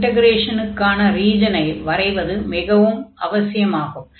இன்டக்ரேஷனுக்கான ரீஜனை வரைவது மிகவும் அவசியமாகும்